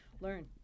learn